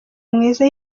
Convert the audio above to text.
mwiza